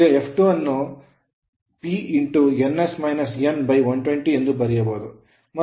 ಈಗ f2 ಅನ್ನು f2 P ns - n 120 ಎಂದು ಬರೆಯಬಹುದು